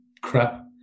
crap